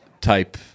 type